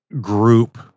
group